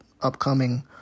upcoming